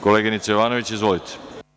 Koleginice Jovanović, izvolite.